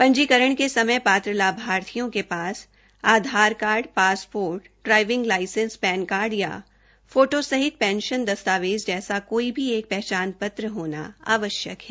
पंजीकरण के समय पात्र लाभार्थियों के पास Aadhaar card passport voter card driving licence PAN card या फोटो सहित पेंशन दस्तावेज जैसा कोई भी एक पहचान पत्र होना आवश्यक है